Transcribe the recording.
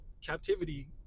captivity